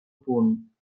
punt